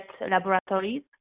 laboratories